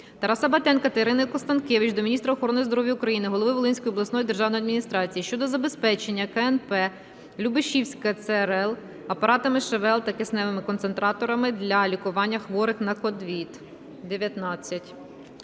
Тараса Батенка та Ірини Констанкевич до міністра охорони здоров'я України, голови Волинської обласної державної адміністрації щодо забезпечення КНП "Любешівська ЦРЛ" апаратами ШВЛ та кисневими концентраторами для лікування хворих на